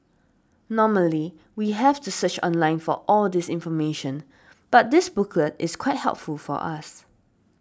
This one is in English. normally we have to search online for all this information but this booklet is quite helpful for us